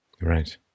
Right